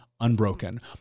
Unbroken